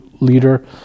leader